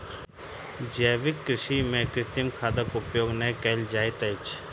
जैविक कृषि में कृत्रिम खादक उपयोग नै कयल जाइत अछि